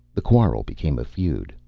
the quarrel became a feud,